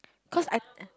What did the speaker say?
cause I